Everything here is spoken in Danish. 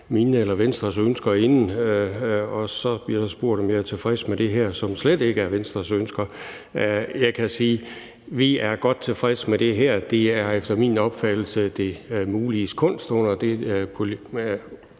mine eller Venstres ønsker inden, og så bliver der spurgt, om jeg er tilfreds med det her, som slet ikke er Venstres ønsker. Jeg kan sige, at vi er godt tilfredse med det her. Det er efter min opfattelse det muliges kunst under det Folketing,